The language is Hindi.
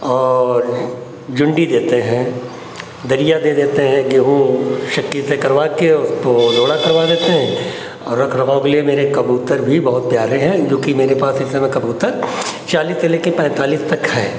और जुन्डी देते हैं दरिया दे देते हैं गेहूँ चक्की से करवाकर और उसको रोड़ा करवा देते हैं और रखरखाव के लिए मेरे कबूतर भी बहुत प्यारे हैं जोकि मेरे पास इस समय कबूतर चालीस से लेकर पैँतालीस तक हैं